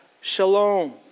shalom